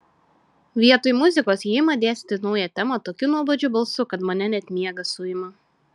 vietoj muzikos ji ima dėstyti naują temą tokiu nuobodžiu balsu kad mane net miegas suima